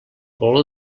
valor